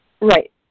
Right